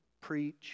Preach